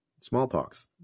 smallpox